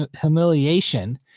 humiliation